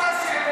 בכנסת,